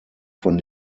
von